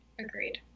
agreed